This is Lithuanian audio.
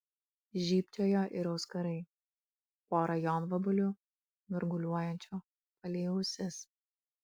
žybčiojo ir auskarai pora jonvabalių mirguliuojančių palei ausis